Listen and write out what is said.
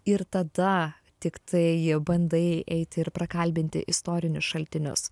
ir tada tiktai bandai eiti ir prakalbinti istorinius šaltinius